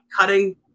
cutting